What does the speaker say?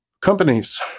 Companies